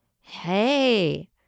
Hey